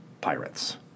Pirates